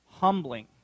humbling